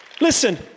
Listen